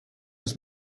its